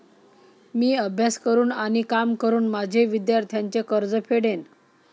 मी अभ्यास करून आणि काम करून माझे विद्यार्थ्यांचे कर्ज फेडेन